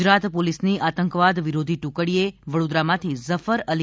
ગુજરાત પોલીસની આતંકવાદ વિરોધી ટુકડીએ વડોદરામાંથી ઝફર અલી